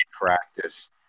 practice